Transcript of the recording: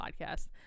podcast